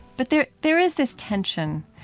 but there there is this tension